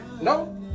No